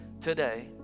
Today